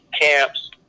camps